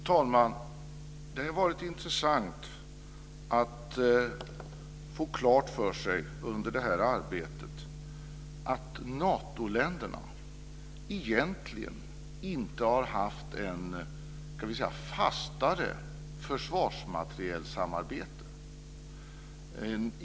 Fru talman! Det har varit intressant att få klart för sig under det här arbetet att Natoländerna egentligen inte har haft ett fastare försvarsmaterielsamarbete.